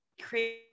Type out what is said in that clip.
create